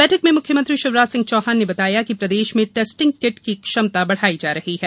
बैठक में मुख्यमंत्री शिवराज सिंह चौहान ने बताया कि प्रदेश में टेस्टिंग किट की क्षमता बढ़ाई जा रही है